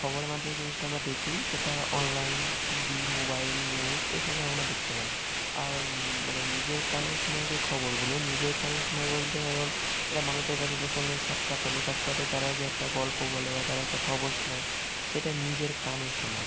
খবরের মাধ্যমে যেই জিনিসটা আমরা দেকি সেটা online TV mobile news এসবে আমরা দেখতে পাই আর মানে নিজের কানে শুনা যে খবরগুলো নিজের কানে শুনা বলতে ধরুন একটা মানুষের কাছে তার সঙ্গে সাক্ষাৎ হলো সাক্ষাতে তারা যে একটা গল্প বলে বা তারা একটা খবর শোনায় সেটা নিজের কানে শোনা